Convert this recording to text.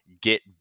get